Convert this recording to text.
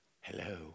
Hello